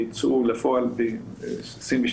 וייצאו לפועל ב-2022.